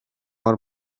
mor